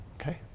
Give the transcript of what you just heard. okay